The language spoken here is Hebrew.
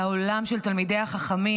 על העולם של תלמידי החכמים,